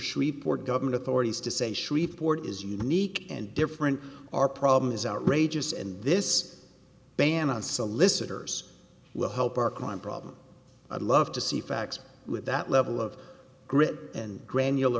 shreveport government authorities to say shreveport is unique and different our problem is outrageous and this ban on solicitors will help our crime problem i'd love to see facts with that level of grip and gran